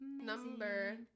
Number